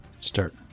start